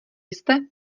jste